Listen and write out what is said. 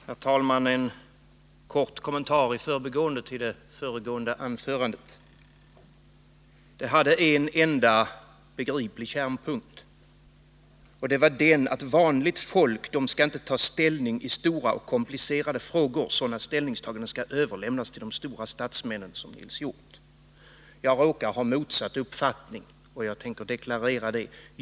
Herr talman! En kort kommentar i förbifarten till det föregående anförandet. Detta hade en enda begriplig kärnpunkt, nämligen att vanligt folk inte skall ta ställning i stora och komplicerade frågor, utan sådana ställningstaganden skall överlämnas till de stora statsmännen som Nils Hjorth. Jag råkar ha motsatt uppfattning, och jag vill utveckla det något.